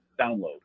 download